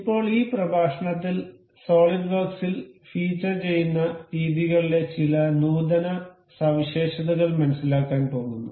ഇപ്പോൾ ഈ പ്രഭാഷണത്തിൽ സോളിഡ് വർക്ക്സിൽ ഫീച്ചർ ചെയ്യുന്ന രീതികളുടെ ചില നൂതന സവിശേഷതകൾ മനസിലാക്കാൻ പോകുന്നു